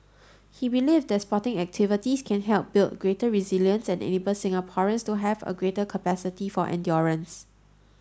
he believed that sporting activities can help build greater resilience and enable Singaporeans to have a greater capacity for endurance